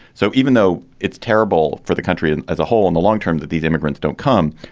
so even though it's terrible for the country and as a whole in the long term that these immigrants don't come,